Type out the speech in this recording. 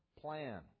plan